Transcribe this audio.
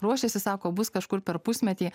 ruošiasi sako bus kažkur per pusmetį